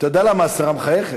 אתה יודע למה השרה מחייכת?